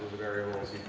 variables,